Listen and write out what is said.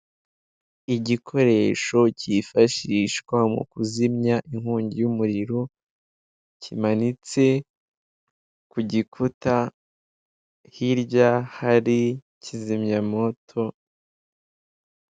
Igikoresho cyifashishwa mu kuzimya inkongi y'umuriro kimanitse ku gikuta, hirya hari kizimyamoto.